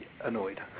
annoyed